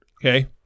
Okay